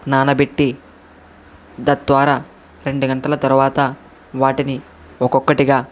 నానబెట్టి తద్వారా రెండు గంటల తర్వాత వాటిని ఒక్కొక్కటిగా